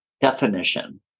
definition